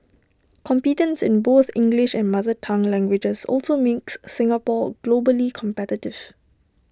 competence in both English and mother tongue languages also makes Singapore globally competition